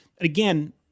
again